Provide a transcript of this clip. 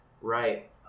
right